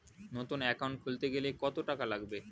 নতুন একাউন্ট খুলতে গেলে কত টাকা লাগবে?